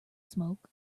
smoke